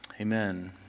amen